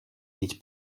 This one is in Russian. ведь